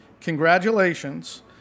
Congratulations